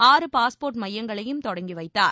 ஆறு பாஸ்போர்ட் மையங்களையும் தொடங்கி வைத்தார்